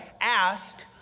Ask